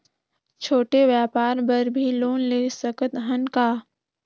छोटे व्यापार बर भी लोन ले सकत हन का?